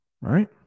right